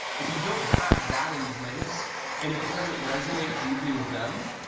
if you don't have that in place and if it doesn't resonate deeply with them,